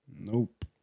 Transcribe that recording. Nope